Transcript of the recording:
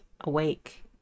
awake